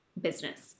business